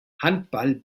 handball